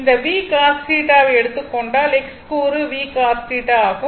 இந்த v cos θ வை எடுத்துக் கொண்டால் x கூறு v cos θ ஆகும்